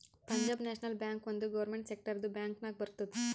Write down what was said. ಪಂಜಾಬ್ ನ್ಯಾಷನಲ್ ಬ್ಯಾಂಕ್ ಒಂದ್ ಗೌರ್ಮೆಂಟ್ ಸೆಕ್ಟರ್ದು ಬ್ಯಾಂಕ್ ನಾಗ್ ಬರ್ತುದ್